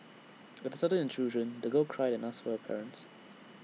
at the sudden intrusion the girl cried and asked for her parents